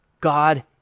God